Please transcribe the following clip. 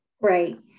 Right